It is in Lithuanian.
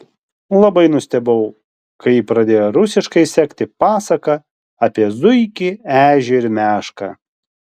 labai nustebau kai ji pradėjo rusiškai sekti pasaką apie zuikį ežį ir mešką